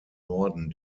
norden